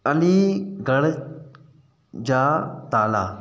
अलीगढ़ जा ताला